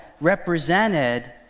represented